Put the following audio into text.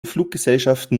fluggesellschaften